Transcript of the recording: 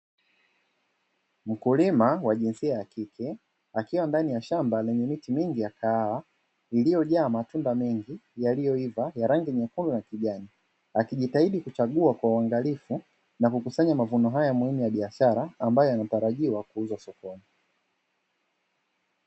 Mkulima wa jinsia ya kike akiwa ndani ya shamba lenye miti mingi ya kahawa, iliyojaa matunda mengi yaliyoiva ya rangi nyekundu na kijani, akijitahidi kuchagua kwa uangalifu na kukusanya mavuno haya muhimu ya biashara ambayo yanatarajiwa kuuzwa sokoni.